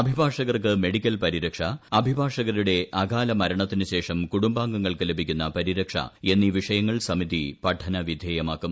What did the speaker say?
അഭിഭാഷകർക്ക് medical പരിരക്ഷ അഭിഭാഷകരുടെ അകാല മരണത്തിന് ശേഷം കുടുംബാംഗങ്ങൾക്ക് ലഭിക്കുന്ന പരിരക്ഷ എന്നീ വിഷയങ്ങൾ സമതി പഠനവിധേയമാക്കും